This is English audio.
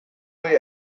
way